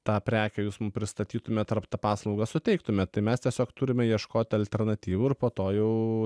tą prekę jūs mum pristatytumėt ar tą paslaugą suteiktumėt tai mes tiesiog turime ieškoti alternatyvų ir po to jau